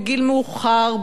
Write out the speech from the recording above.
בגיל מאוחר,